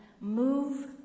Move